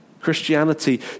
Christianity